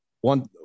one